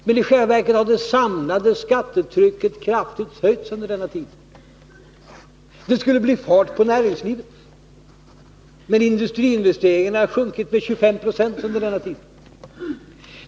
Men i själva verket har det samlade skattetrycket kraftigt höjts under den borgerliga regeringstiden. Det skulle bli fart på näringslivet, men industriinvesteringarna har sjunkit med 25 Zo under denna tid.